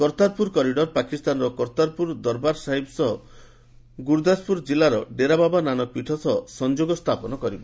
Kartarpur corridor ପାକିସ୍ତାନର କର୍ତ୍ତାରପୁର ଦର୍ବାର ସାହିବ ସହ ଗୁରଦାସପୁର ଜିଲ୍ଲାର ଡେରାବାବା ନାନକ ପୀଠ ସହ ସଂଯୋଗ ସ୍ଥାପନ କରିବ